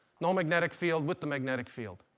no magnetic field with the magnetic field.